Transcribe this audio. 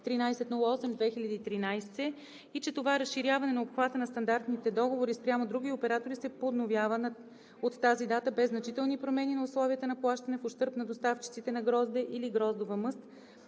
1308/2013 и че това разширяване на обхвата на стандартните договори спрямо други оператори се подновява от тази дата без значителни промени на условията на плащане в ущърб на доставчиците на грозде или гроздова мъст,